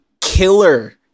Killer